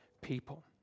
people